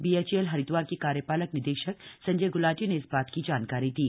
BHEL Haridwar के कार्यपालक निदेशक संजय ग्लाटी ने इस बात की जानकारी दी